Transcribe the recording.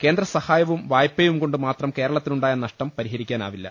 കേന്ദ്രസഹായവും വായ്പയും കൊണ്ട് മാത്രം കേരളത്തിനുണ്ടായ നഷ്ടം പരിഹരിക്കാനാവില്ല